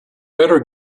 better